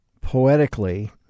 Poetically